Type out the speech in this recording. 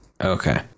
Okay